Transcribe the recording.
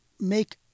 make